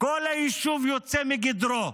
כל היישוב יוצא מגדרו,